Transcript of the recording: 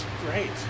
Great